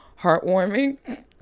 heartwarming